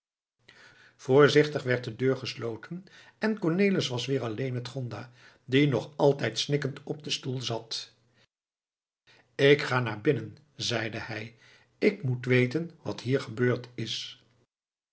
voorzichtig werd de deur gesloten en cornelis was weer alleen met gonda die nog altijd snikkend op den stoel zat ik ga naar binnen zeide hij ik moet weten wat hier gebeurd is